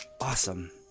Awesome